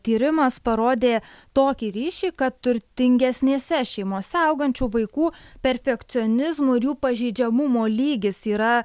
tyrimas parodė tokį ryšį kad turtingesnėse šeimose augančių vaikų perfekcionizmo ir jų pažeidžiamumo lygis yra